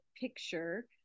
picture